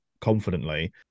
confidently